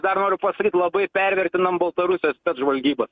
dar noriu pasakyt labai pervertinam baltarusijos žvalgybą